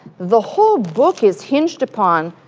the whole book is hinged upon,